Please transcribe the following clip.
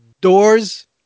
doors